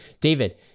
David